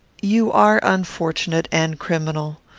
you are unfortunate and criminal.